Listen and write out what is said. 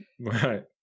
right